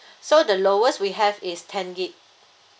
so the lowest we have is ten gig